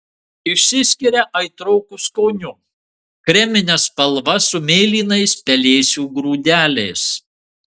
išsiskiria aitroku skoniu kremine spalva su mėlynais pelėsių grūdeliais